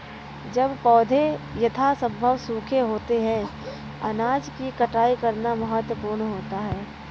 जब पौधे यथासंभव सूखे होते हैं अनाज की कटाई करना महत्वपूर्ण होता है